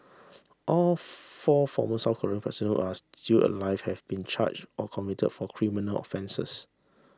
all four former South Korean presidents are still alive have been charged or convicted for criminal offences